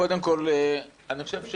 קודם כול אני חושב,